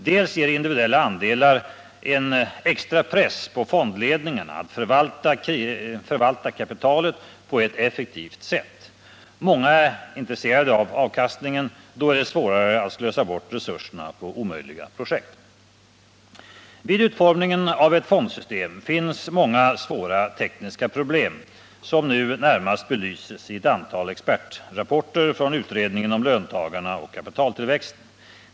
Dels ger individuella andelar en extra press på fondledningarna att förvalta kapitalet på ett effektivt sätt. Många är intresserade av avkastningen; då är det svårare att slösa bort resurserna på omöjliga projekt. Vid utformningen av ett fondsystem finns det många svåra tekniska problem, som nu närmast belyses i ett antal expertrapporter från utredningen om löntagarna och kapitaltillväxten.